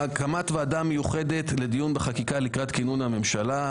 הקמת ועדה מיוחדת לדיון בחקיקה לקראת כינון הממשלה.